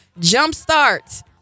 Jumpstart